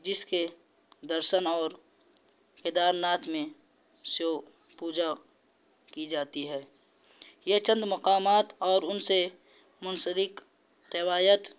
جس کے درشن اور کیدار ناتھ میں شیو پوجا کی جاتی ہے یہ چند مقامات اور ان سے منسلک روایت